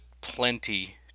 plenty